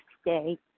stay